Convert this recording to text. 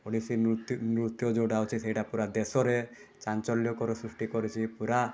ଓଡ଼ିଶୀ ନୃତ୍ୟ ନୃତ୍ୟ ଯେଉଁଟା ଅଛି ସେଇଟା ପୂରା ଦେଶରେ ଚାଞ୍ଚଲ୍ୟକର ସୃଷ୍ଟି କରିଛି ପୂରା